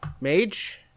mage